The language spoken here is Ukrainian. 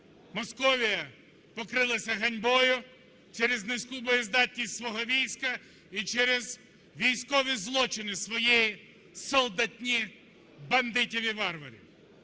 Московія покрилася ганьбою через низьку боєздатність свого війська і через військові злочини своєї солдатні, бандитів і варварів.